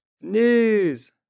News